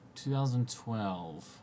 2012